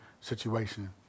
situation